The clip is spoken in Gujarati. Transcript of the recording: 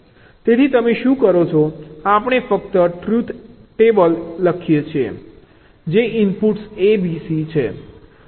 તેથી તમે શું કરો છો આપણે ફક્ત ટ્રુથ ટેબલ લખીએ છીએ જે ઇનપુટ્સ a b c છે